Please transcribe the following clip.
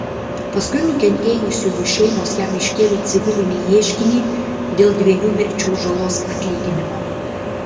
paskui nukentėjusiųjų šeimos jam iškėlė civilinį ieškinį dėl dviejų mirčių žalos atlyginimo